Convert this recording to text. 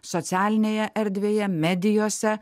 socialinėje erdvėje medijose